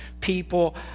people